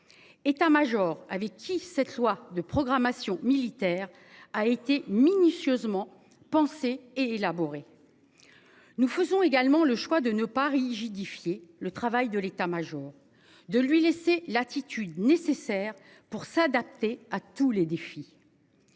État-Major avec qui cette loi de programmation militaire a été minutieusement pensé et élaboré. Nous faisons également le choix de ne pas rigidifier le travail de l'État-Major. De lui laisser l'attitude nécessaire pour s'adapter à tous les défis.